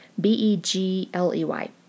B-E-G-L-E-Y